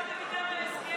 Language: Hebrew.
גם עם האחיות.